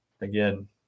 again